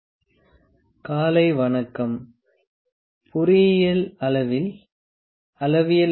விரிவுரை 16 ஆய்வக செய்முறை விளக்கம் திரேட் காஜ் ஸ்பிரிட் லெவல் காலை வணக்கம் பொறியியல் அளவியல்